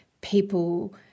people